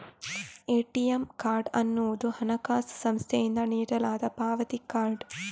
ATM card ಅನ್ನುದು ಹಣಕಾಸು ಸಂಸ್ಥೆಯಿಂದ ನೀಡಲಾದ ಪಾವತಿ ಕಾರ್ಡ್